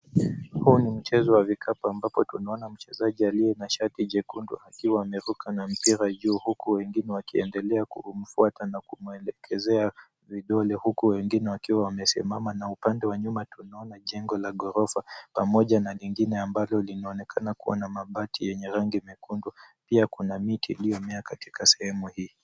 Huu ni mchezo wa vikapu ambapo tunaona mchezaji aliye na shati jekundu akiwa ameruka na mpira juu huku wengine wakiendelea kumfwata na kumelekezea vidole huku wengine wakiwa wamesimama na upande wa nyuma kuna jengo la ghorofa pamoja na nyingine ambalo linaonekana kuwa na mabati yenye rangi nyekundu, pia kuna miti iliyomea katika sehemu hii.